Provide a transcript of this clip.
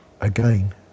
again